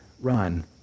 run